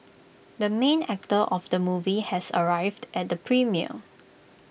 the main actor of the movie has arrived at the premiere